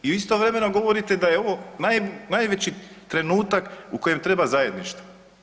Vi istovremeno govorite da je ovo najveći trenutak u kojem treba zajedništvo.